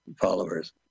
followers